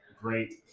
great